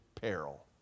peril